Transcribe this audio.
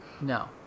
No